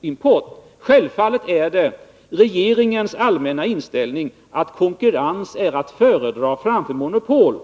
import. Självfallet är det regeringens allmänna inställning att konkurrens är att föredra framför monopol.